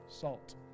salt